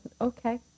okay